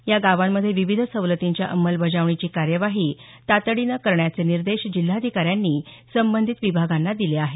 या गावांमध्ये विविध सवलतींच्या अंमलबजावणीची कार्यवाही तातडीनं करण्याचे निर्देश जिल्हाधिकाऱ्यांनी संबंधित विभागांना दिले आहेत